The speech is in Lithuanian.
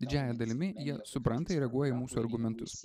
didžiąja dalimi jie supranta ir reaguoja mūsų argumentus